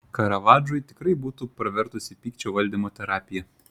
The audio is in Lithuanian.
karavadžui tikrai būtų pravertusi pykčio valdymo terapija